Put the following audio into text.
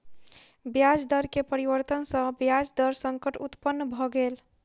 ब्याज दर में परिवर्तन सॅ ब्याज दर संकट उत्पन्न भ गेल